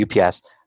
UPS